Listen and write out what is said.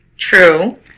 True